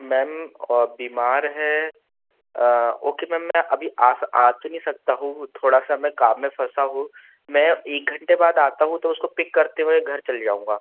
ma'am बीमार है okay ma'am मैं अभी आस आ तो नहीं सकता हूँ थोड़ा सा मैं काम में फँसा हूँ मैं एक घंटे बाद आता हूँ तो उसको पिक करते हुए घर चले जाऊँगा